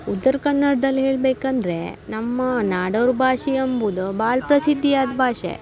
ಉತ್ತರ ಕನ್ನಡ್ದಲ್ಲಿ ಹೇಳ್ಬೇಕು ಅಂದರೆ ನಮ್ಮ ನಾಡೋರ ಭಾಷೆ ಅಂಬುದು ಭಾಳ ಪ್ರಸಿದ್ಧಿ ಆದ ಭಾಷೆ